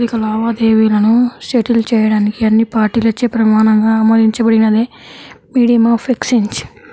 ఆర్థిక లావాదేవీలను సెటిల్ చేయడానికి అన్ని పార్టీలచే ప్రమాణంగా ఆమోదించబడినదే మీడియం ఆఫ్ ఎక్సేంజ్